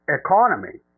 economy